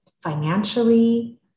financially